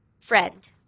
Friend